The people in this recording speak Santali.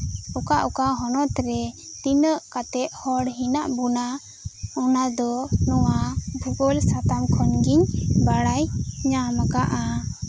ᱚᱠᱟ ᱚᱠᱟ ᱦᱚᱱᱚᱛ ᱨᱮ ᱛᱤᱱᱟᱹᱜ ᱠᱟᱛᱮᱫ ᱦᱚᱲ ᱦᱮᱱᱟᱜ ᱵᱚᱱᱟ ᱚᱱᱟ ᱫᱚ ᱱᱚᱶᱟ ᱵᱷᱩᱜᱳᱞ ᱥᱟᱛᱟᱢ ᱠᱷᱚᱱ ᱜᱤᱧ ᱵᱟᱲᱟᱭ ᱧᱟᱢ ᱟᱠᱟᱜᱼᱟ